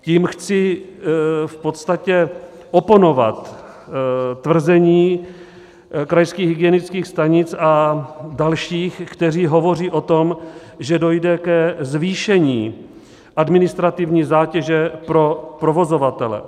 Tím chci v podstatě oponovat tvrzení krajských hygienických stanic a dalších, kteří hovoří o tom, že dojde ke zvýšení administrativní zátěže pro provozovatele.